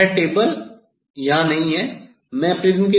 तो वह टेबल यहां नहीं है